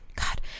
god